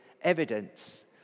evidence